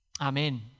Amen